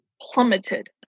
plummeted